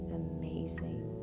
amazing